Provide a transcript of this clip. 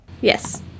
yes